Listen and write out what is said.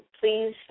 Please